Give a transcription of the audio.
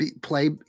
play